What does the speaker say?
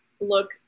Look